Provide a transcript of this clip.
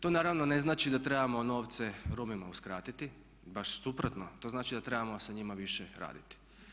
To naravno ne znači da trebamo novce Romima uskratiti, baš suprotno to znači da trebamo sa njima više raditi.